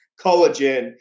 collagen